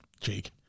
Jake